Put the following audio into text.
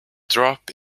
drop